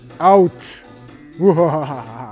out